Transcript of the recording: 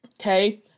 okay